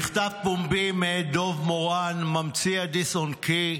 מכתב פומבי מאת דב מורן, ממציא הדיסק און קי,